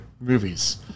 movies